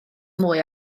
mwy